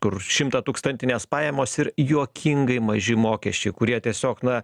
kur šimtatūkstantinės pajamos ir juokingai maži mokesčiai kurie tiesiog na